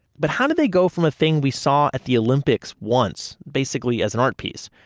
but how do they go from a thing we saw at the olympics once, basically as an art piece.